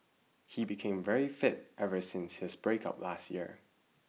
he became very fit ever since his breakup last year